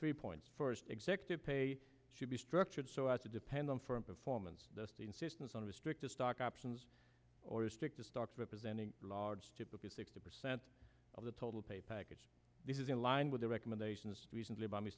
three points first executive pay should be structured so as to depend on for a performance the insistence on restricted stock options or stick to stocks representing large typically sixty percent of the total pay package this is in line with the recommendations recently b